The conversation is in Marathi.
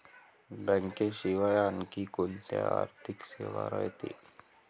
बँकेशिवाय आनखी कोंत्या आर्थिक सेवा रायते?